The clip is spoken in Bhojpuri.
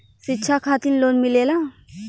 शिक्षा खातिन लोन मिलेला?